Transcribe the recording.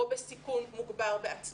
או על ילדים בסיכון מוגבר בעצמם,